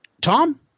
Tom